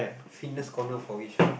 fitness corner for which one